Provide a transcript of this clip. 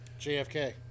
JFK